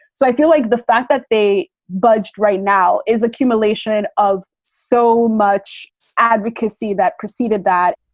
so i feel like the fact that they budged right now is accumulation of so much advocacy that preceded that.